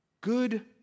Good